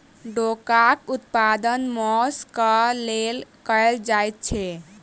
डोकाक उत्पादन मौंस क लेल कयल जाइत छै